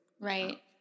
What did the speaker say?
right